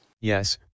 Yes